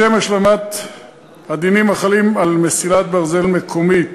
לשם השלמת הדינים החלים על מסילת ברזל מקומית